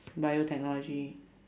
biotechnology